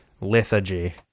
lethargy